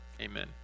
amen